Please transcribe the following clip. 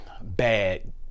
bad